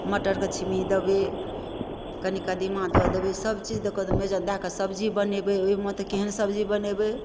मटरके छिम्मी देबै कनि कदीमा दऽ देबै सब चीज दऽ कऽ मेजन दऽ कऽ सब्जी बनेबै ओहिमे तऽ केहन सब्जी बनेबै